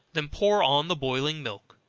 then pour on the boiling milk.